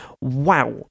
wow